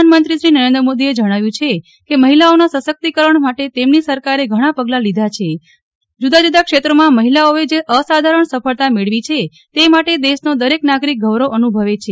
પ્રધાનમંત્રી નરેન્દ્ર મોદીએ જણાવ્યું છે કે મહિલાઓના સશક્તિકરણ માટે તેમની સરકારે ઘણાં પગલાં લીધા છે જુદા જુદા ક્ષેત્રોમાં મહિલાઓએ જે અસાધારણ સફળતા મેળવી છે તે માટે દેશનો દરેક નાગરિક ગૌરવ અનુભવે છે